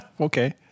Okay